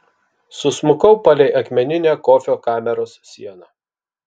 susmukau palei akmeninę kofio kameros sieną